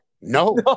no